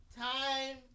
Time